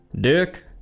Dick